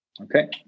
Okay